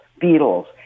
beetles